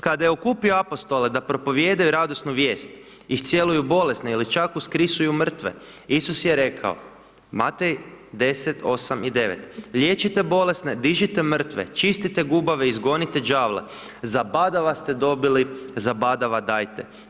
Kada je okupio apostole da propovijedaju radosnu vijest, iscjeljuju bolesne ili čak uskrisuju mrtve, Isus je rekao, Matej 10, 8, 9 liječite bolesne, dižite mrtve, čistite gubave izgonite đavla, zabadava ste dobili, zabadava dajte.